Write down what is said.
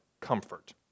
comfort